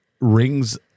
rings